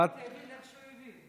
כל אחד יבין איך שהוא יבין.